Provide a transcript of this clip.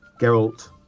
Geralt